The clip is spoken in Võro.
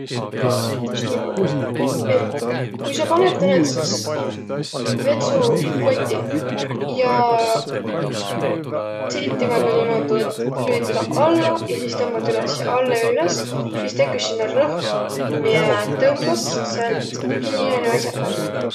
Tuu tüütäs niimoodu, et kui sa panõt tä näütüses vetsupotti ja tiit timäga niimoodu, et lüüt tedä alla ja sis tõmbat üles, ja alla ja üles, sis teküs sinnäq rõhk, miä tõmbas säält kinniqjäänü as'aq vällä.